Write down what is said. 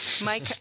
Mike